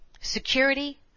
security